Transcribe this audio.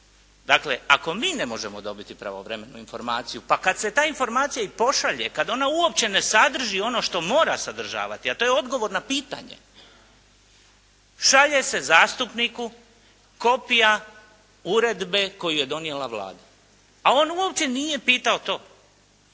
Dakle, ako mi ne možemo dobiti pravovremenu informaciju, pa kad se ta informacija i pošalje, kada ona uopće ne sadrži ono što mora sadržavati, a to je odgovor na pitanje, šalje se zastupniku kopija uredbe koju je donijela Vlada, a on uopće nije pitao to.